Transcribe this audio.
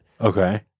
Okay